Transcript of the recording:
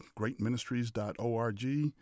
greatministries.org